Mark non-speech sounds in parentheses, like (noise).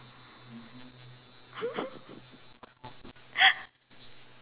(laughs)